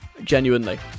genuinely